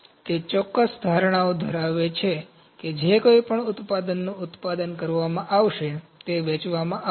તે ચોક્કસ ધારણાઓ ધરાવે છે કે જે કોઈપણ ઉત્પાદનનું ઉત્પાદન કરવામાં આવશે તે વેચવામાં આવશે